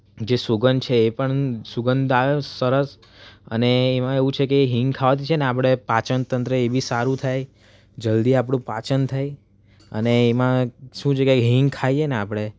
જે સુંગધ છે એ પણ સુંગધ આવે સરસ અને એમાં એવું છે કે હિંગ ખાવાથી છે ને આપણે પાચનતંત્ર એ બી સારું થાય જલ્દી આપણું પાચન થાય અને એમાં શું છે કે એ હિંગ ખાઈએ ને આપણે